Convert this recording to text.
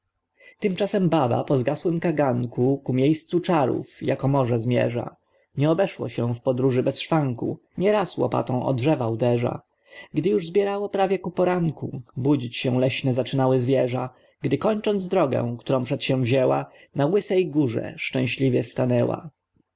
tymczasem baba po zgasłym kaganku ku miejscu czarów jako może zmierza nie obeszło się w podróży bez szwanku nie raz łopatą o drzewa uderza już się zbierało prawie ku poranku budzić się leśne zaczynały zwierza gdy kończąc drogę którą przedsięwzięła na łysej górze szczęśliwie stanęła